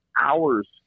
hours